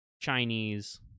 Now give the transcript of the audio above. Chinese